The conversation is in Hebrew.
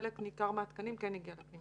חלק ניכר מהתקנים כן הגיע לפנימיות.